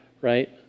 right